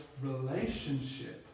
relationship